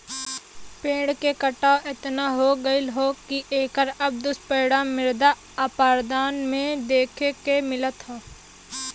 पेड़ के कटाव एतना हो गयल हौ की एकर अब दुष्परिणाम मृदा अपरदन में देखे के मिलत हौ